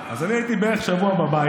האמן לי, רק תגיד לכל אלה שהצביעו לכם.